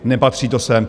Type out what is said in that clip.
Nepatří to sem.